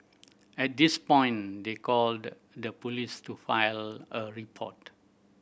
at this point they called the police to file a report